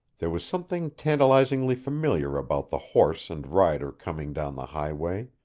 there was something tantalizingly familiar about the horse and rider coming down the highway.